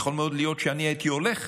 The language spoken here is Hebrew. יכול מאוד להיות שאני הייתי הולך